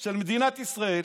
של מדינת ישראל,